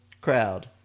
crowd